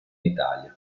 italia